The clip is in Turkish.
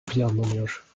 planlanıyor